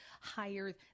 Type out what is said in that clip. higher